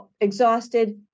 exhausted